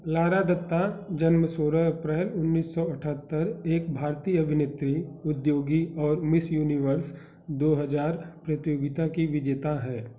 Lara Dutta जन्म सोलह अप्रैल उन्नीस सौ अठहत्तर एक भारतीय अभिनेत्री उद्योगी और मिस यूनिवर्स दो हज़ार प्रतियोगिता की विजेता हैं